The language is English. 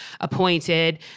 appointed